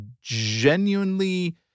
genuinely